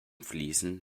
fließen